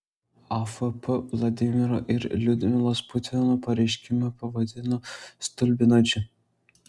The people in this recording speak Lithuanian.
afp vladimiro ir liudmilos putinų pareiškimą pavadino stulbinančiu